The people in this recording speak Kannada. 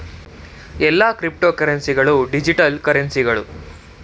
ಎಲ್ಲಾ ಕ್ರಿಪ್ತೋಕರೆನ್ಸಿ ಗಳು ಡಿಜಿಟಲ್ ಕರೆನ್ಸಿಗಳು